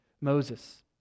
Moses